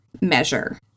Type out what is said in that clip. measure